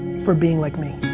for being like me.